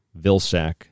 Vilsack